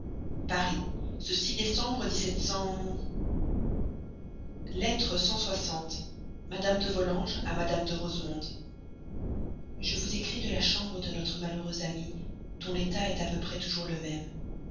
paris ceci décembre lettre cent soixante madame de volanges à madame de rosemonde je vous écris de la chambre de notre malheureuse amie dont l'état est toujours à peu près le même